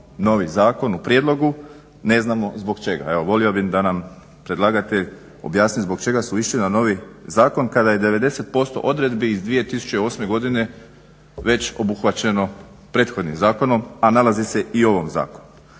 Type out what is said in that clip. novi zakon u prijedlogu ne znamo zbog čega. Evo volio bih da nam predlagatelj objasni zbog čega su išli na novi zakon kada je 90% odredbi iz 2008. godine već obuhvaćeno prethodnim zakonom a nalazi se i u ovom zakonu.